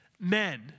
men